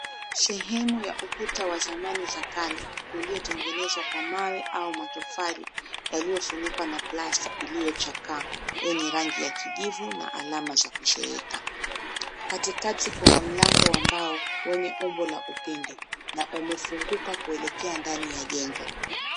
Sehemu ya ukuta wa zamani za kale uliotengenezwa kwa mawe au matofali yaliyofunikwa na plasta iliyochakaa yenye rangi ya kijivu na alama za kuzeeka. Katikati kuna mlango wa mbao wenye umbo la upinde na umefunguka kuelekea ndani ya jengo.